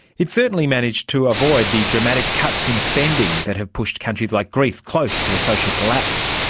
it certainly managed to avoid the dramatic cuts in spending that have pushed countries like greece close to a social collapse.